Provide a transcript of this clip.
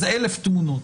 אז 1,000 תמונות,